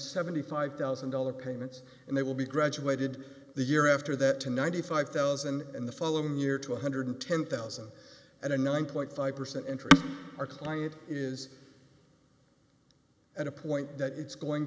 seventy five thousand dollars payments and they will be graduated the year after that to ninety five thousand dollars in the following year to one hundred and ten thousand and a nine five percent interest our client is at a point that it's going